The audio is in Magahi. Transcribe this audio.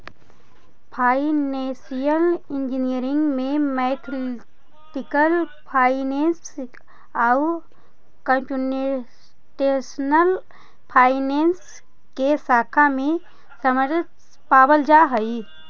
फाइनेंसियल इंजीनियरिंग में मैथमेटिकल फाइनेंस आउ कंप्यूटेशनल फाइनेंस के शाखा के सम्मिश्रण पावल जा हई